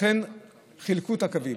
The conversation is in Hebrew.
לכן חילקו את הקווים,